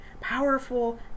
Powerful